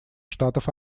штатов